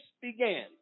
began